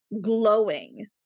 glowing